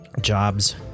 jobs